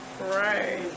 right